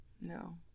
No